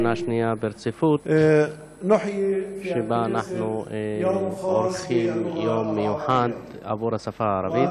זו השנה השנייה ברציפות שבה אנחנו עורכים יום מיוחד עבור השפה הערבית,